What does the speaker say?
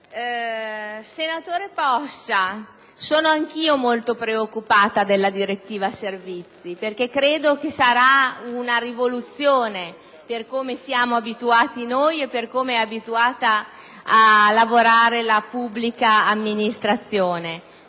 Senatore Possa, sono anch'io molto preoccupata per la direttiva servizi, perché credo che sarà una rivoluzione, per come siamo abituati noi e per com'è abituata a lavorare la pubblica amministrazione.